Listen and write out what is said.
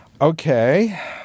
Okay